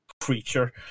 creature